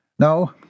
No